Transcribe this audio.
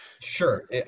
sure